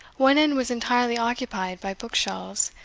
one end was entirely occupied by book-shelves,